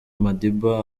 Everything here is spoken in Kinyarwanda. madiba